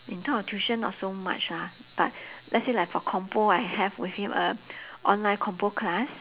in term of tuition not so much lah but let's say like for compo I have with him a online compo class